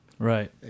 Right